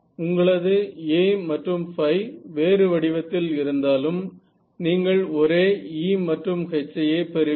உங்களது A மற்றும் ϕ வேறு வடிவத்தில் இருந்தாலும் நீங்கள் ஒரே E மற்றும் H யே பெறுவீர்கள்